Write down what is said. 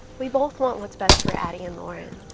we both want what's best for addie and lauren.